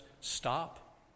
stop